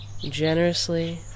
generously